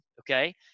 okay